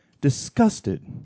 Disgusted